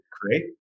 create